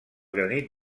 granit